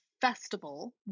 festival